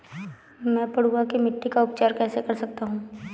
मैं पडुआ की मिट्टी का उपचार कैसे कर सकता हूँ?